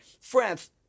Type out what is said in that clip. France